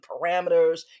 parameters